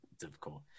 difficult